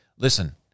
Listen